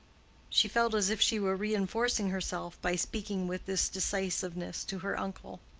she felt as if she were reinforcing herself by speaking with this decisiveness to her uncle.